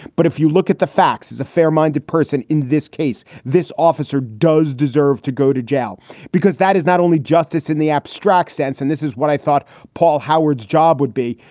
but if you look at the facts as a fair minded person in this case, this officer does deserve to go to jail because that is not only justice in the abstract sense, and this is what i thought paul howard's job would be,